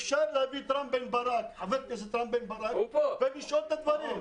אפשר להביא את חבר הכנסת ניר ברקת ולשאול על הדברים.